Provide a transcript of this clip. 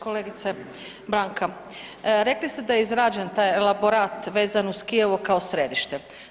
Kolegice Branka rekli ste da je izrađen taj elaborat vezan uz Kijevo kao središte.